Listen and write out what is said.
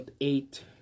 eight